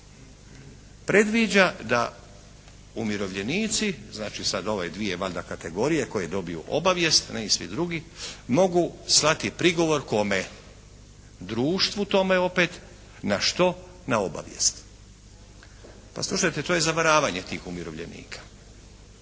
predviđa da umirovljenici znači sad ove dvije valjda kategorije koje dobiju obavijest, ne i svi drugi, mogu slati prigovor kome? Društvu tome opet. Na što? Na obavijest. Pa slušajte, to je zavaravanje tih umirovljenika.